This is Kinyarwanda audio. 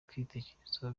kwitekerezaho